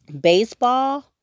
baseball